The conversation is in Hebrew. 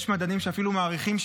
יש מדדים שאפילו מעריכים,